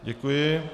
Děkuji.